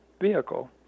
vehicle